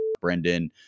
Brendan